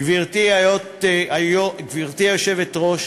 גברתי היושבת-ראש,